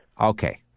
Okay